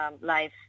life